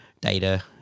Data